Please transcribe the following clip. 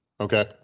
Okay